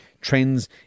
trends